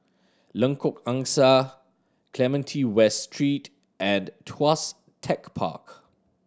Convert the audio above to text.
Lengkok Angsa Clementi West Street and Tuas Tech Park